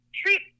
treat